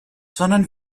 sondern